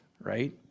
right